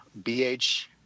BH